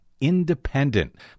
Independent